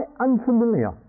unfamiliar